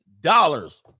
dollars